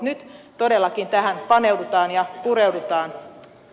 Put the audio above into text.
nyt todellakin tähän paneudutaan ja pudota